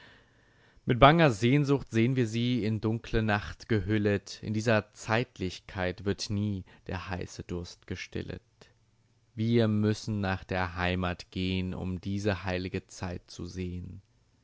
mit banger sehnsucht sehn wir sie in dunkle nacht gehüllet in dieser zeitlichkeit wird nie der heiße durst gestillet wir müssen nach der heimat gehn um diese heil'ge zeit zu sehn